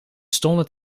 stonden